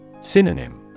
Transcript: Synonym